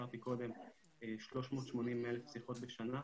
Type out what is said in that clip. הזכרתי קודם 380,000 שיחות בשנה,